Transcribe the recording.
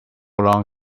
long